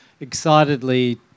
excitedly